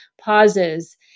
pauses